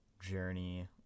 journey